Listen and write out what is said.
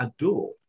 adore